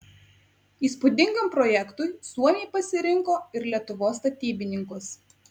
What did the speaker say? įspūdingam projektui suomiai pasirinko ir lietuvos statybininkus